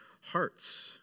hearts